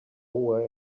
why